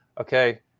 okay